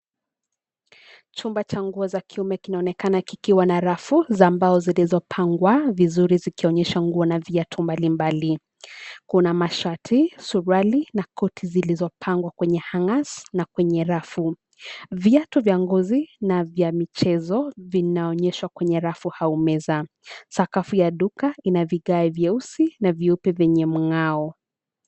Chumba cha nguo za kiume kinaonekana kikiwa na rafu za mbao zilizopangwa vizuri zikionyesha nguo na viatu mbalimbali. Kuna mashati, suruali na koti zilizopangwa kwenye hangers na kwenye rafu. Viatu vya ngozi na vya michezo vinaonyeshwa kwenye rafu au meza. Sakafu ya duka ina vigae vyeusi na vyeupe vyenye mng'ao.